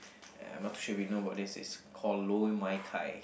I'm not too sure if you know about this it's called lor-mai-kai